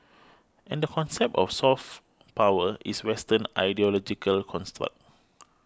and the concept of soft power is Western ideological construct